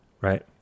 right